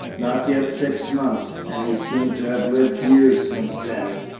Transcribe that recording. not yet six months, and he seemed to have lived years since then!